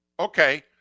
Okay